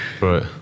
Right